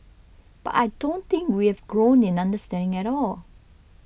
but I don't think we have grown in understanding at all